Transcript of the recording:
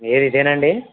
ఏది ఇదేనా అండి